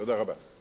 תודה רבה.